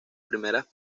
primeras